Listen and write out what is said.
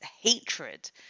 hatred